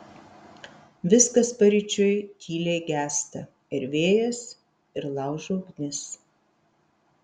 viskas paryčiui tyliai gęsta ir vėjas ir laužo ugnis